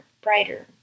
brighter